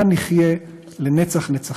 כאן נחיה לנצח נצחים.